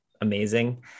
amazing